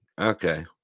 Okay